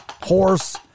Horse